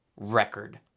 record